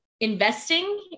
investing